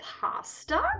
pasta